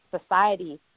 society